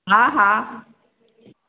हा हा